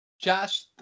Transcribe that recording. Josh